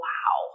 Wow